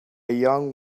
young